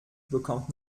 bekommt